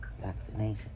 vaccination